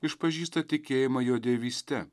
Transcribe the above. išpažįsta tikėjimą jo dievyste